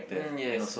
mm yes that's